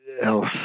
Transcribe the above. else